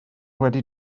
wedi